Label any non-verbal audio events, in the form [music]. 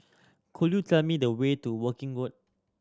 could you tell me the way to Woking [unintelligible]